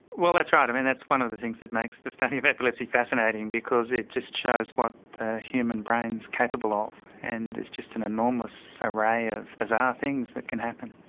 well that's right, i mean that's one of the things that makes the study of epilepsy fascinating because it just shows what the human brain's capable ah of and it's just an enormous array of bizarre things that can happen.